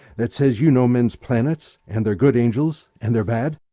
that says you know men's planets, and their good angels, and their bad.